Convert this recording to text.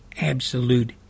absolute